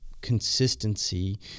consistency